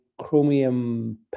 chromium